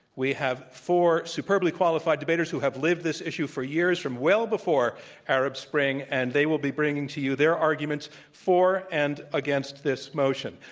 we have four superbly qualified debaters who have lived this issue for years from well before arab spring. and they will be bringing to you their arguments for and against this motion.